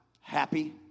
happy